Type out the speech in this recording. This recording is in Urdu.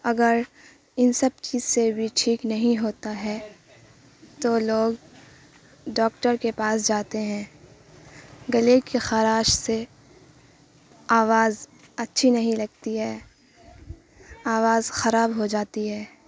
اگر ان سب چیز سے بھی ٹھیک نہیں ہوتا ہے تو لوگ ڈاکٹر کے پاس جاتے ہیں گلے کی خراش سے آواز اچھی نہیں لگتی ہے آواز خراب ہو جاتی ہے